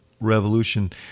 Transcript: revolution